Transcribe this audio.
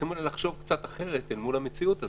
צריכים אולי לחשוב קצת אחרת אל מול המציאות הזאת.